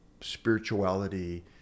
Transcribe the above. spirituality